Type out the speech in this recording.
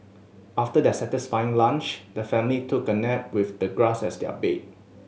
after their satisfying lunch the family took a nap with the grass as their bed